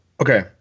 Okay